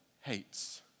hates